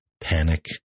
panic